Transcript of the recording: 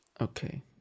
Okay